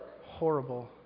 horrible